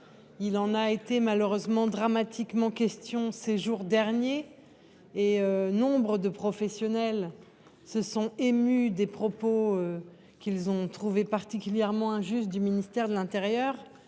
Il en a été dramatiquement question ces jours derniers et nombre de professionnels se sont émus des propos, qu’ils ont trouvés particulièrement injustes, du ministre de l’intérieur.